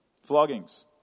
Floggings